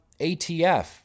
ATF